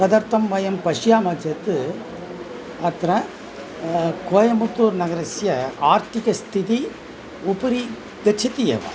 तदर्थं वयं पश्यामः चेत् अत्र कोयमुत्तूर् नगरस्य आर्थिकस्थितिः उपरि गच्छति एव